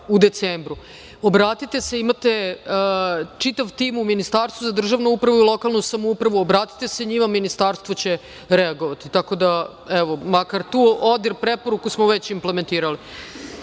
u decembru, imate čitav tim u Ministarstvu za državnu upravu i lokalnu samoupravu, obratite se njima, Ministarstvo će reagovati. Evo, makar tu ODIHR preporuku smo već implementirali. Idemo